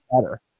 better